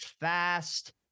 Fast